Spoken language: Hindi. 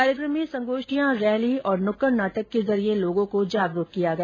कार्यक्रम में संगोष्ठियां रैली और नुक्कड नाटक के जरिये लोगों को जागरूक किया गया